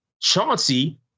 chauncey